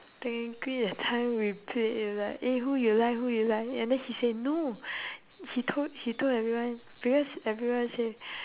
technically that time we play like eh who you like who you like and then he said no he told he told everyone because everyone say